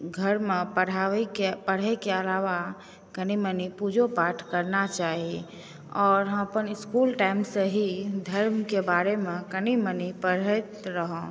घरमे पढ़ैके अलावा कनि मनि पूजो पाठ करना चाही आओर हम अपन इस्कूल टाइम से ही धर्मकेँ बारेमे कनि मनि पढ़ैत रहलहुँ